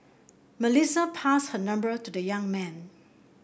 Melissa passed her number to the young man